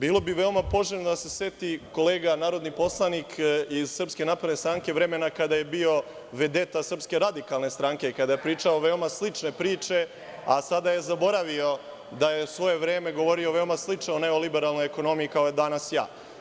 Bilo bi veoma poželjno da se seti, kolega narodni poslanik iz SNS vremena kada je bio vedeta SRS, kada je pričao veoma slične priče, a sada je zaboravio da je u svoje vreme govorio veoma slično o neoliberalnoj ekonomiji, kao danas ja.